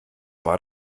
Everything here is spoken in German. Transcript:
war